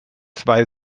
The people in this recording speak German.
zwei